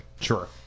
sure